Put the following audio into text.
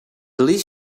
least